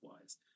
wise